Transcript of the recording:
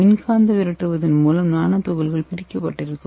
மின்காந்த விலக்குதலின் மூலம் நானோ துகள்கள் பிரிக்கப்பட்டிருக்கும்